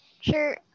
sure